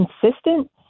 consistent